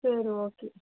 சரி ஓகே